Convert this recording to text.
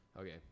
Okay